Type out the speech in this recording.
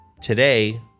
today